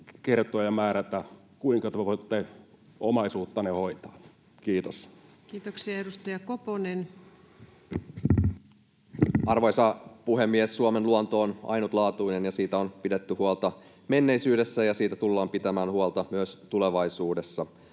kertoa ja määrätä, kuinka he voivat omaisuuttaan hoitaa. — Kiitos. Kiitoksia. — Edustaja Koponen. Arvoisa puhemies! Suomen luonto on ainutlaatuinen. Siitä on pidetty huolta menneisyydessä, ja siitä tullaan pitämään huolta myös tulevaisuudessa.